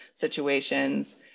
situations